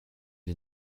est